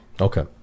Okay